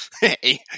Hey